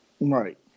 Right